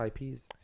IPs